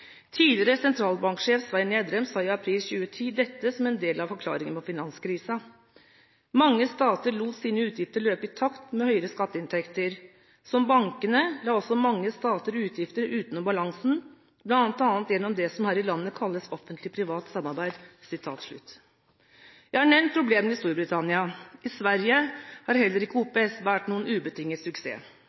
Tidligere sentralbanksjef Svein Gjedrem sa i april 2010 følgende som en del av forklaringen på finanskrisa: «Mange stater lot sine utgifter løpe i takt med høyere skatteinntekter. Som bankene, la også mange stater utgifter utenom balansen, blant annet gjennom det som her i landet kalles offentlig privat samarbeid.» Jeg har nevnt problemene i Storbritannia. I Sverige har ikke heller ikke OPS vært noen ubetinget suksess.